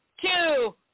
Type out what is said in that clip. two